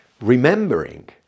Remembering